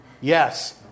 Yes